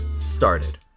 started